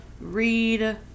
read